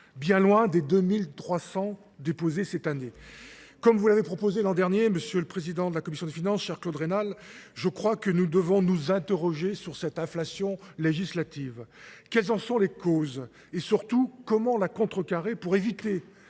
bien loin des 2300 déposés cette année. Comme vous l'avez proposé l'an dernier, Monsieur le Président de la Commission des Finances, cher Claude Rénal, je crois que nous devons nous interroger sur cette inflation législative. Quelles en sont les causes ? Et surtout, comment la contrecarrer pour éviter